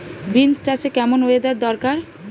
Beans চাষে কেমন weather দরকার?